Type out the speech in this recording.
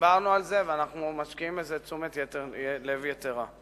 דיברנו על זה, ואנחנו משקיעים בזה תשומת לב יתירה.